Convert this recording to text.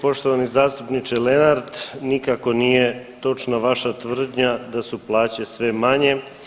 Poštovani zastupniče Lenart, nikako nije točna vaša tvrdnja da su plaće sve manje.